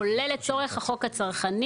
כולל לצורך החוק הצרכני,